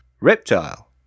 Reptile